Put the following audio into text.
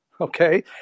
Okay